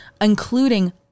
including